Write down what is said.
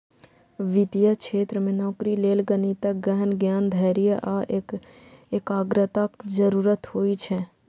वित्तीय क्षेत्र मे नौकरी लेल गणितक गहन ज्ञान, धैर्य आ एकाग्रताक जरूरत होइ छै